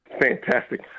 Fantastic